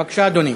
בבקשה, אדוני.